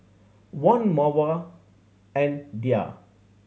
Wan Mawar and Dhia